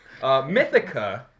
Mythica